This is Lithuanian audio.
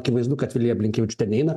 akivaizdu kad vilija blinkevičiūte neina